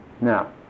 Now